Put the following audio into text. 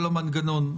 המנגנון.